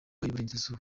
y’uburengerazuba